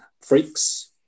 freaks